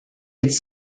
its